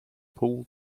pull